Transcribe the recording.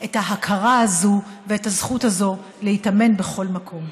את ההכרה הזאת ואת הזכות הזאת להיטמן בכל מקום.